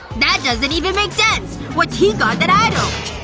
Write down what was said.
that doesn't even make sense! what's he got that i don't?